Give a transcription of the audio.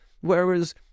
whereas